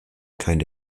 kind